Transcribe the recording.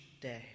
day